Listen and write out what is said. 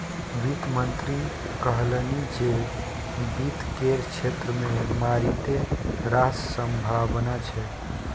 वित्त मंत्री कहलनि जे वित्त केर क्षेत्र मे मारिते रास संभाबना छै